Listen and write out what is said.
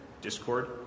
discord